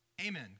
amen